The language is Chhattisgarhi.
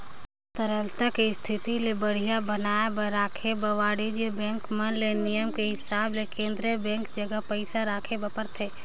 तरलता के इस्थिति ल बड़िहा बनाये बर राखे बर वाणिज्य बेंक मन ले नियम के हिसाब ले केन्द्रीय बेंक जघा पइसा राखे बर परथे